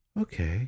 okay